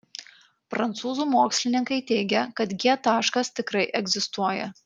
prancūzų mokslininkai teigia kad g taškas tikrai egzistuoja